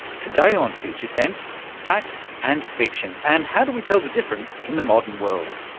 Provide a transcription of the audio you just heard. today on future tense, fact and fiction, and how do we tell the difference in the modern world?